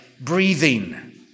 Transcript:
breathing